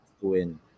win